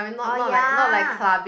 orh ya